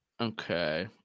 Okay